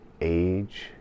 age